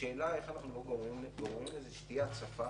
השאלה היא איך אנחנו לא גורמים שפתאום תהיה הצפה